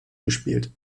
gespielt